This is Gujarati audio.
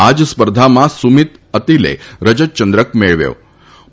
આ જ સ્પર્ધામાં સુમિત અતીલે રજત યંદ્રક મેળવ્યો ફતો